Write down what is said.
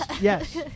Yes